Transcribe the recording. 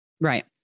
Right